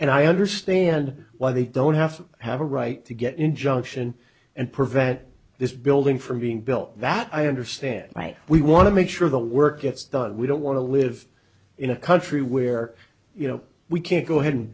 and i understand why they don't have have a right to get injunction and prevent this building from being built that i understand why we want to make sure the work gets done we don't want to live in a country where you know we can go ahead and